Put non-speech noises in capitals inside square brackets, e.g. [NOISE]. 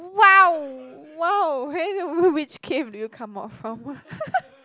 !wow! !wow! hey there which cave did you come out from [LAUGHS]